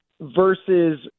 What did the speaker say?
versus